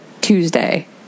Tuesday